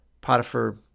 Potiphar